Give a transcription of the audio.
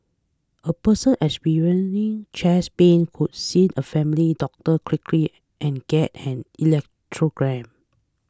a person experiencing chest pain would see a family doctor quickly and get an electoral gram